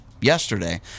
yesterday